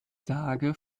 sage